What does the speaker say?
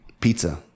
Pizza